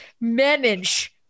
manage